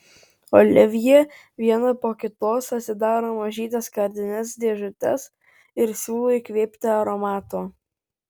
olivjė vieną po kitos atidaro mažytes skardines dėžutes ir siūlo įkvėpti aromato